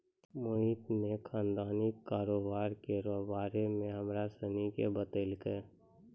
मोहित ने खानदानी कारोबार केरो बारे मे हमरा सनी के बतैलकै